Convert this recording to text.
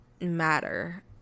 matter